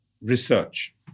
research